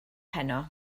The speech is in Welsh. heno